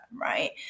right